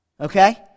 Okay